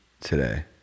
today